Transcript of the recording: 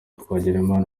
twagirimana